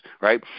right